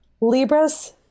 Libras